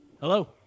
Hello